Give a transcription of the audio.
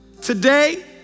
Today